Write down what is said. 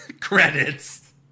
Credits